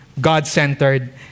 God-centered